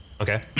Okay